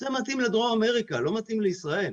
זה מתאים לדרום אמריקה, לא מתאים לישראל.